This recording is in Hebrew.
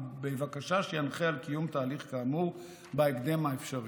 בבקשה שינחה קיום תהליך כאמור בהקדם האפשרי.